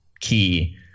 key